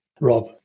Rob